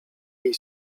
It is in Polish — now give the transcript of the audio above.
jej